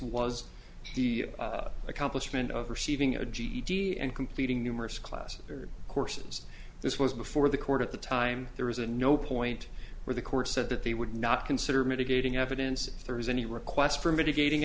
was the accomplishment of receiving a ged and completing numerous classes various courses this was before the court at the time there was a no point where the court said that they would not consider mitigating evidence if there was any request for mitigating